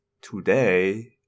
today